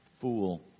Fool